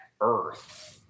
Earth